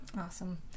Awesome